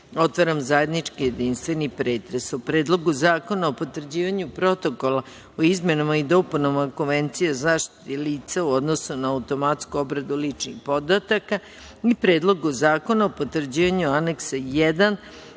otvaram zajednički jedinstveni pretres o Predlogu zakona o potvrđivanju Protokola o izmenama i dopunama Konvencije za zaštitu lica u odnosu na automatsku obradu ličnih podataka i Predlogu zakona o potvrđivanju Aneksa 1.